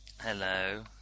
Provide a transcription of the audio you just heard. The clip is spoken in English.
Hello